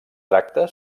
tracta